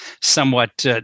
somewhat